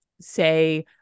say